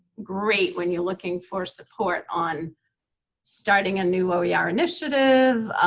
great when you're looking for support on starting a new oer yeah oer initiative,